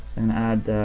and add